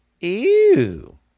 Ew